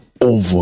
over